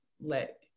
let